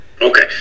Okay